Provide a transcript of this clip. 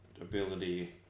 ability